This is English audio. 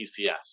PCS